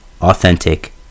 authentic